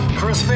Chris